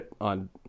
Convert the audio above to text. on